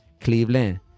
Cleveland